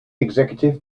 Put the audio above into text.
executive